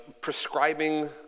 prescribing